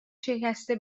شکسته